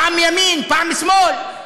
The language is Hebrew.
פעם מימין, פעם משמאל.